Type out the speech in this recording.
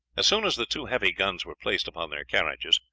as soon as the two heavy guns were placed upon their carriages,